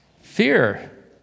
Fear